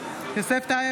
טל,